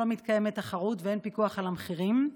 לא מתקיימת תחרות ואין פיקוח על המחירים.